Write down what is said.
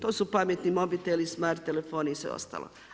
To su pametni mobiteli, smart telefoni i sve ostalo.